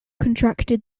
contracted